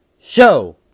show